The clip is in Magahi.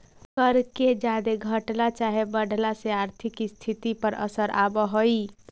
कर के जादे घटला चाहे बढ़ला से आर्थिक स्थिति पर असर आब हई